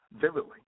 vividly